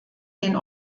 den